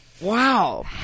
wow